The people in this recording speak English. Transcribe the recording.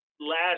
last